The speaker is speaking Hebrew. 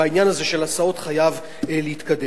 והעניין הזה של הסעות חייב להתקדם.